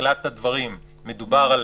מתחילת הדברים מדובר על